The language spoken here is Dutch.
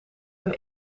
een